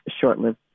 short-lived